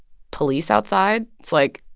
police outside. it's, like,